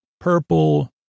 Purple